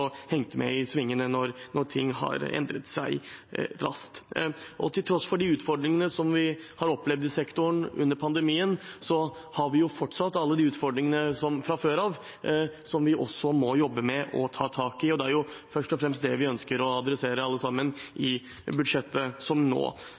med i svingene når ting har endret seg raskt. Til tross for de utfordringene vi har opplevd i sektoren under pandemien, har vi fortsatt alle de utfordringene som var der fra før av, og som vi også må jobbe med og ta tak i. Det er jo først og fremst det vi ønsker å gjøre, alle sammen, i